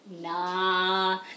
nah